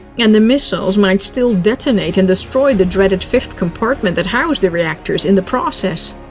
and the missiles might still detonate and destroy the dreaded fifth compartment that housed the reactors in the process.